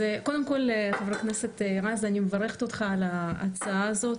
חבר הכנסת רז, אני מברכת אותך על ההצעה הזאת.